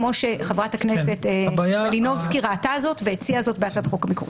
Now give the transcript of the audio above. כמו שחברת הכנסת מלינובסקי ראתה זאת והציעה בהצעת החוק המקורית.